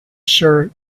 shirt